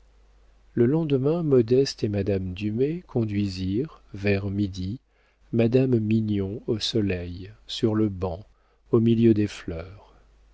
le lendemain modeste et madame dumay conduisirent vers midi madame mignon au soleil sur le banc au milieu des fleurs